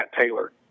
Taylor